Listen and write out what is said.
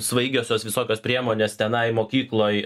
svaigiosios visokios priemonės tenai mokykloj